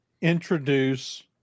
introduce